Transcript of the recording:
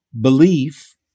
belief